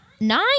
Nine